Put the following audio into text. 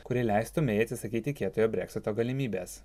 kuri leistų mei atsisakyti kietojo breksito galimybės